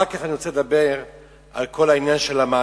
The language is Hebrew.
אחר כך אני רוצה לדבר על כל עניין המעצרים.